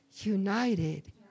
united